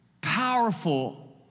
powerful